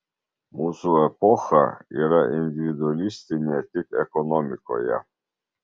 mūsų epocha yra individualistinė tik ekonomikoje